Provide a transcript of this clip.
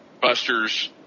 Buster's